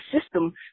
system